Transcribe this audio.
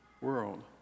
world